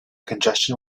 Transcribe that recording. congestion